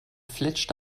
fletschte